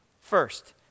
First